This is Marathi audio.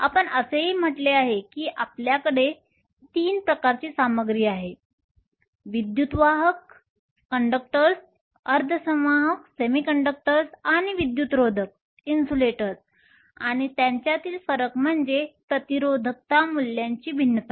आपण असेही म्हटले आहे की आमच्याकडे तीन प्रकारची सामग्री आहे विद्युतवाहकसंवाहक अर्धसंवाहक आणि विद्युतरोधक आणि त्यांच्यातील फरक म्हणजे प्रतिरोधकता मूल्यांची भिन्नता